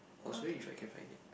I'll show u if I can find it